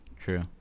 True